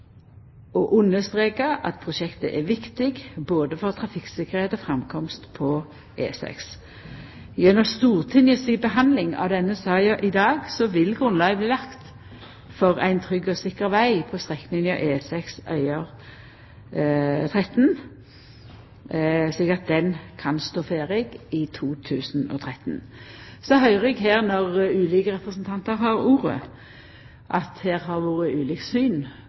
og understreka at prosjektet er viktig både for trafikktryggleik og framkost på E6. Gjennom Stortinget si behandling av denne saka i dag vil grunnlaget bli lagt for ein trygg og sikker veg på strekninga E6 Øyer–Tretten, slik at han kan stå ferdig i 2013. Så høyrer eg når ulike representantar her har ordet, at det har vore ulike syn